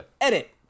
edit